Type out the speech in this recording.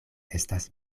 estas